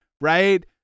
right